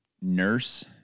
nurse